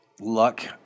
Luck